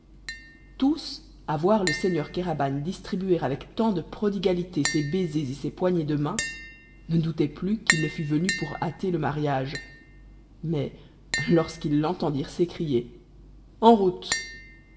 tous à voir le seigneur kéraban distribuer avec tant de prodigalité ses baisers et ses poignées de main ne doutaient plus qu'il ne fût venu pour hâter le mariage mais lorsqu'ils l'entendirent s'écrier en route